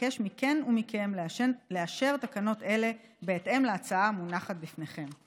אבקש מכן ומכם לאשר תקנות אלה בהתאם להצעה המונחת בפניכם.